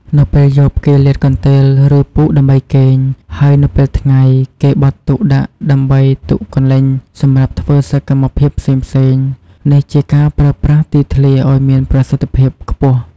នៅពេលយប់ គេលាតកន្ទេល ឬពូកដើម្បីគេង ហើយនៅពេលថ្ងៃ គេបត់ទុកដាក់ដើម្បីទុកកន្លែងសម្រាប់ធ្វើសកម្មភាពផ្សេងៗ នេះជាការប្រើប្រាស់ទីធ្លាឱ្យមានប្រសិទ្ធភាពខ្ពស់។។